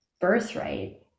birthright